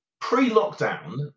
pre-lockdown